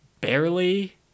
barely